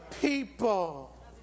people